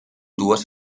dues